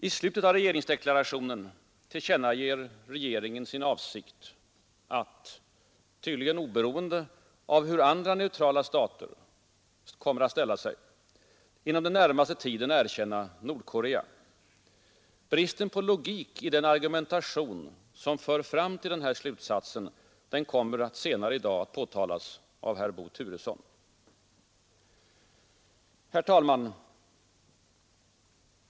I slutet av regeringsdeklarationen tillkännager regeringen sin avsikt att — tydligen oberoende av hur andra neutrala stater ställer sig — inom den närmaste tiden erkänna Nordkorea, Bristen på logik i den argumentation som för fram till den slutsatsen kommer senare i dag att påtalas av herr Bo Turesson. Herr talman!